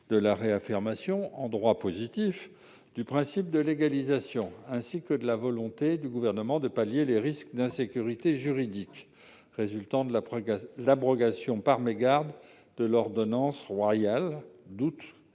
de la réaffirmation, en droit positif, du principe de légalisation ainsi que de la volonté du Gouvernement de pallier les risques d'insécurité juridique résultant de l'abrogation par mégarde de l'ordonnance royale du mois